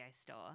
store